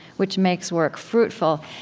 which makes work fruitful.